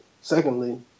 Secondly